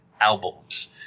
albums